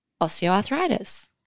osteoarthritis